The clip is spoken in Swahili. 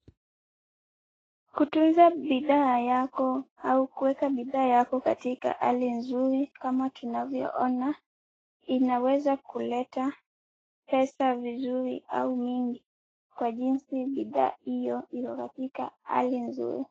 Kutunza bidhaa yako au kuweka bidhaa yako katika hali nzuri kama tunavyoona, inaweza kuleta pesa vizuri au mingi kwa jinsi bidhaa hiyo iko katika hali nzuri.